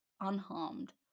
unharmed